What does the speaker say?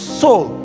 soul